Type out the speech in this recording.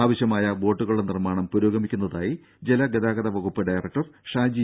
ആവശ്യമായ ബോട്ടുകളുടെ നിർമ്മാണം പുരോഗമിക്കുന്നതായി ജല ഗതാഗത വകുപ്പ് ഡയറക്ടർ ഷാജി